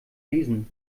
lesen